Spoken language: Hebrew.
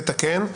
תתקן.